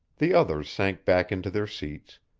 the others sank back into their seats,